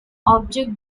object